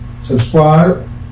subscribe